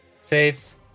saves